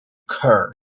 curse